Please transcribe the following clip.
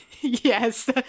Yes